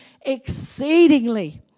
exceedingly